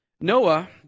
Noah